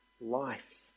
life